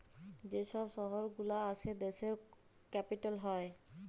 যে ছব শহর গুলা আসে দ্যাশের ক্যাপিটাল হ্যয়